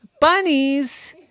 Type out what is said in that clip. bunnies